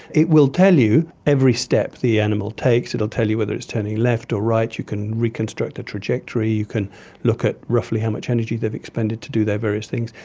it will tell you every step the animal takes, it will tell you whether it's turning left or right, you can reconstruct the trajectory, you can look at roughly how much energy they've expended to do their various things,